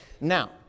Now